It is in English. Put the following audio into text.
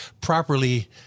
properly